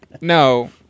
No